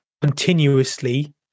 continuously